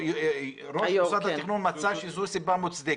וראש מוסד התכנון מצא שזו סיבה מוצדקת,